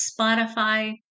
Spotify